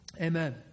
amen